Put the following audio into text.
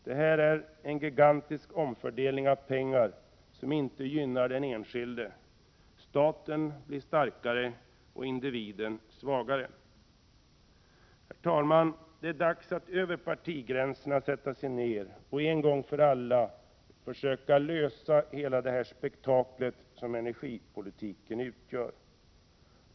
Det här är en gigantisk omfördelning av pengar som inte gynnar den enskilde. Staten blir starkare och individen blir svagare. Herr talman! Det är nu dags för oss att sätta oss ned och försöka att en gång för alla, över partigränserna, komma fram till en lösning på det spektakel som energipolitiken utgör.